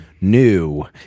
new